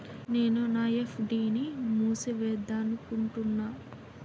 నేను నా ఎఫ్.డి ని మూసివేద్దాంనుకుంటున్న